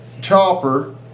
chopper